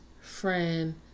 friend